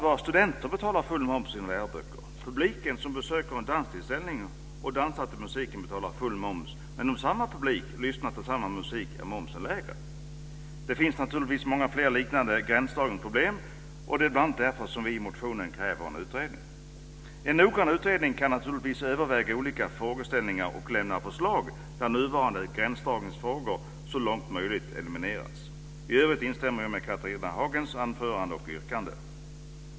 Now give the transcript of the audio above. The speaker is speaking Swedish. Publiken som besöker en danstillställning och dansar till musiken betalar full moms. Men om samma publik lyssnar till samma musik blir momsen lägre. Det finns naturligtvis många fler liknande gränsdragningsproblem. Det är bl.a. därför som vi i motionen kräver en utredning. En noggrann utredning kan naturligtvis överväga olika frågeställningar och lämna förslag där nuvarande gränsdragningsfrågor så långt möjligt elimineras. I övrigt instämmer jag med Catharina Hagens anförande och yrkande.